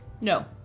No